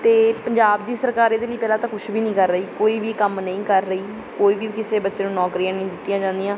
ਅਤੇ ਪੰਜਾਬ ਦੀ ਸਰਕਾਰ ਇਹਦੇ ਲਈ ਪਹਿਲਾਂ ਤਾਂ ਕੁਛ ਵੀ ਨਹੀਂ ਕਰ ਰਹੀ ਕੋਈ ਵੀ ਕੰਮ ਨਹੀਂ ਕਰ ਰਹੀ ਕੋਈ ਵੀ ਕਿਸੇ ਬੱਚੇ ਨੂੰ ਨੌਕਰੀਆਂ ਨਹੀਂ ਦਿੱਤੀਆਂ ਜਾਂਦੀਆਂ